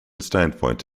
standpoint